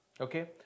Okay